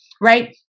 Right